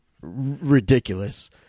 ridiculous